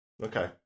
okay